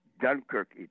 Dunkirk